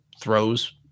throws